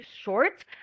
short